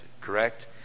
correct